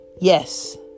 Yes